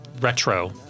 retro